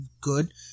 good